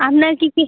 আপনার কী কেস